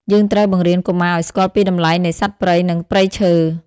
យើងត្រូវបង្រៀនកុមារឱ្យស្គាល់ពីតម្លៃនៃសត្វព្រៃ និងព្រៃឈើ។